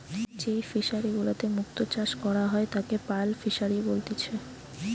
যেই ফিশারি গুলাতে মুক্ত চাষ করা হয় তাকে পার্ল ফিসারী বলেতিচ্ছে